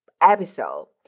episode